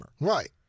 Right